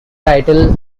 title